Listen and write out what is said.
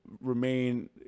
remain